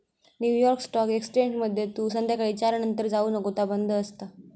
new York stock एक्सचेंजमध्ये तू संध्याकाळी चार नंतर जाऊ नको ता बंद असता